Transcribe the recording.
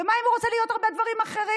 ומה אם הוא רוצה להיות הרבה דברים אחרים?